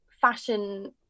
fashion